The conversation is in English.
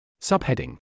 Subheading